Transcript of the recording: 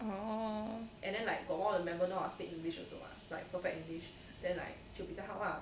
orh